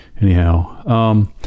anyhow